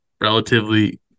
relatively